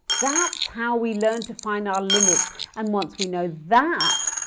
that's how we learn to find our limits and once we know that,